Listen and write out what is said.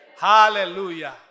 Hallelujah